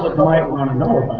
but rely on are not